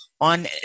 on